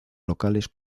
locales